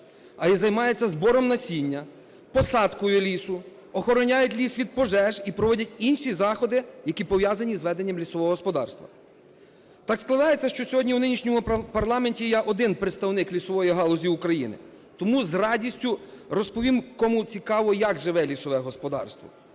а й займаються збором насіння, посадкою лісу, охороняють ліс від пожеж і проводять інші заходи, які пов'язані з веденням лісового господарства. Так складається, що сьогодні у нинішньому парламенті я - один представник лісової галузі України, тому з радістю розповім, кому цікаво, як живе лісове господарство,